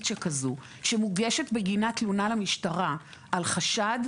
שכזו שמוגשת בגינה תלונה למשטרה על חשד,